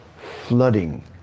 flooding